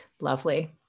lovely